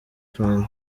fund